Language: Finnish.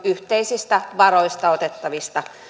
yhteisistä varoista otettavista